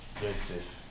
Joseph